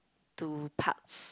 to parks